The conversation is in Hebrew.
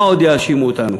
מה עוד יאשימו אותנו?